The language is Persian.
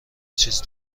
چیز